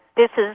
this is